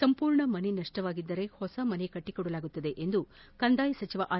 ಸಂಪೂರ್ಣ ಮನೆ ನಷ್ಷವಾಗಿದ್ದರೆ ಹೊಸ ಮನೆ ಕಟ್ಟಿಕೊಡಲಾಗುವುದು ಎಂದು ಕಂದಾಯ ಸಚಿವ ಆರ್